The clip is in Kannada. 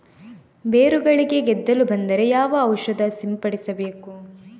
ಬೇರುಗಳಿಗೆ ಗೆದ್ದಲು ಬಂದರೆ ಯಾವ ಔಷಧ ಸಿಂಪಡಿಸಬೇಕು?